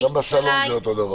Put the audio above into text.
גם בסלון זה אותו דבר.